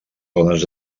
dones